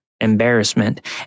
embarrassment